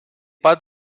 pat